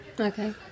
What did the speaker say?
Okay